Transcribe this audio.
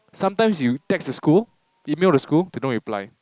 sometimes you text the school email the school they don't reply